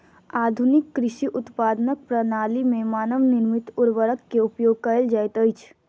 आधुनिक कृषि उत्पादनक प्रणाली में मानव निर्मित उर्वरक के उपयोग कयल जाइत अछि